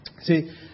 See